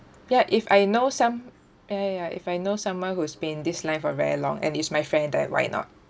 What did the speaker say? ya if I know some ya ya ya if I know someone who's been in this line for very long and is my friend then why not